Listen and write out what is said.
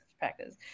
practice